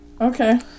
Okay